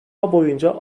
boyunca